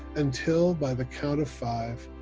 until, by the count of five,